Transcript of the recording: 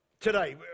today